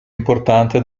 importante